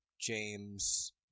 James